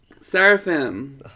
seraphim